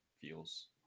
feels